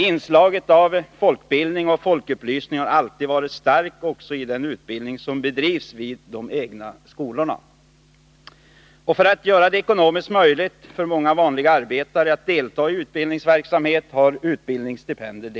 Inslaget av folkbildning och folkupplysning har alltid varit starkt också i den utbildning som bedrivs vid de egna skolorna, och för att göra det ekonomiskt möjligt för många vanliga arbetare att delta i utbildningsverksamhet har man delat ut utbildningsstipendier.